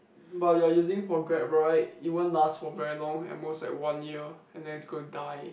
but you're using for Grab right it won't last for very long at most like one year and then it's going die